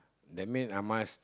that mean I must